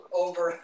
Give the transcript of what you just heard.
over